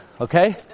okay